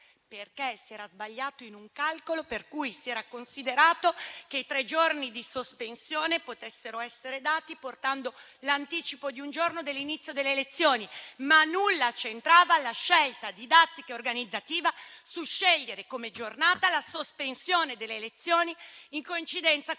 Perché si era sbagliato il calcolo per cui si era considerato che i tre giorni di sospensione potessero essere dati portando l'anticipo di un giorno dell'inizio delle lezioni, ma nulla c'entrava la scelta didattica e organizzativa della giornata di sospensione delle lezioni in coincidenza con